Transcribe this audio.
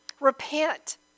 Repent